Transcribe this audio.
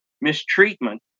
mistreatment